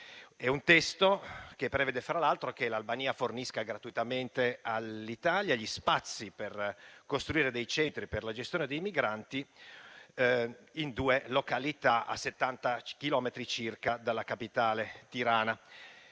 È un testo che prevede, fra l'altro, che l'Albania fornisca gratuitamente all'Italia gli spazi per costruire dei centri per la gestione dei migranti in due località a 70 chilometri circa dalla capitale Tirana.